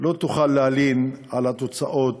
לא תוכל להלין על תוצאות